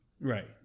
Right